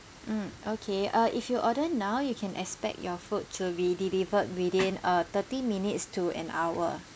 mm okay uh if you order now you can expect your food to be delivered within uh thirty minutes to an hour